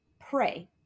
pray